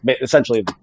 essentially